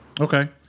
Okay